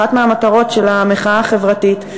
אחת מהמטרות של המחאה החברתית.